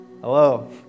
Hello